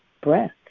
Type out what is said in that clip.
breath